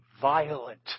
violent